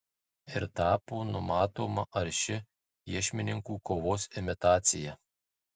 ir tapo numatoma arši iešmininkų kovos imitacija